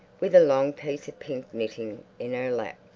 with a long piece of pink knitting in her lap.